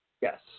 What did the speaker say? Yes